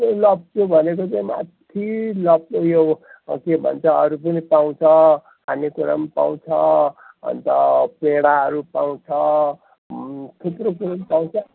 लप्चू भनेको चाहिँ माथि लप् उयो के भन्छ अरू पनि पाउँछ खानेकुरा पनि पाउँछ अन्त पेँडाहरू पाउँछ थुप्रो कुरो पनि पाउँछ